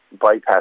bypass